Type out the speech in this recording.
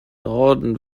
norden